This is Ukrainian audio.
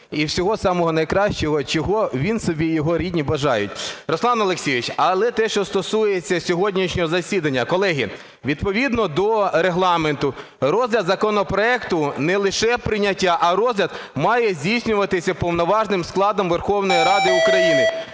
самого найкращого, чого він собі і його рідні бажають. Руслан Олексійович, але те, що стосується сьогоднішнього засідання. Колеги, відповідно до Регламенту, розгляд законопроекту, не лише прийняття, а розгляд має здійснюватися повноважним складом Верховної Ради України.